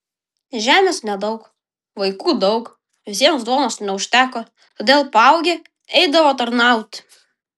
žemės nedaug vaikų daug visiems duonos neužteko todėl paaugę eidavo tarnauti